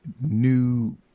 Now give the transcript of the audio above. new